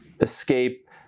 escape